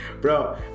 Bro